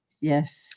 Yes